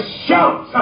shout